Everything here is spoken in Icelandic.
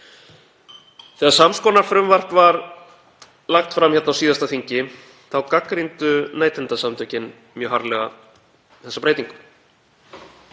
Þegar sams konar frumvarp var lagt fram á síðasta þingi þá gagnrýndu Neytendasamtökin mjög harðlega þessa breytingu.